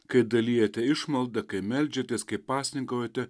kai dalijate išmaldą kai meldžiatės kai pasninkaujate